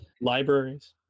libraries